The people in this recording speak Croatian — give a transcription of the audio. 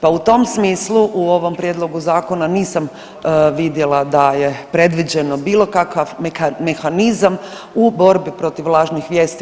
Pa u tom smislu u ovom Prijedlogu zakona nisam vidjela da je predviđeno bilo kakav mehanizam u borbi protiv lažnih vijesti.